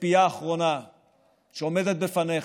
והציפייה האחרונה שעומדת בפניך,